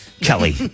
Kelly